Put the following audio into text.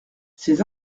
ces